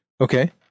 Okay